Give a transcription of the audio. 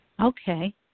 Okay